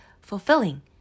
fulfilling